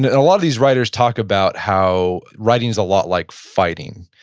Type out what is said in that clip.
and and a lot of these writers talk about how writing's a lot like fighting.